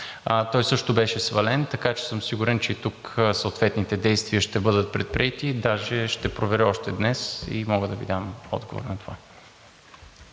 той също беше свален, така че съм сигурен, че и тук съответните действия ще бъдат предприети, даже ще проверя още днес и мога да Ви дам отговор на това.